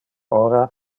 ora